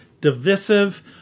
divisive